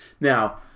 now